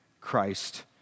Christ